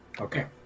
Okay